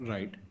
Right